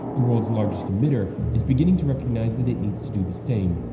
the world's largest emitter, is beginning to recognize that it needs to do the same,